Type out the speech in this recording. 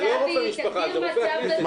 זה לא רופא משפחה, זה רופא הכנסת.